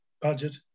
budget